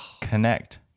connect